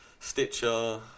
Stitcher